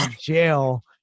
jail